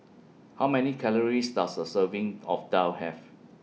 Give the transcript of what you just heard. How Many Calories Does A Serving of Daal Have